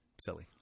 silly